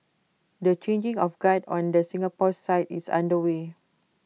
the changing of guard on the Singapore side is underway